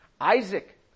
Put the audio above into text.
Isaac